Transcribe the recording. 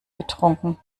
getrunken